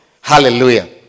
Hallelujah